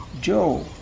Joe